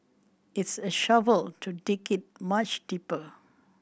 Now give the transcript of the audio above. it's a shovel to dig it much deeper